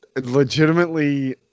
legitimately